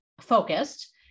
focused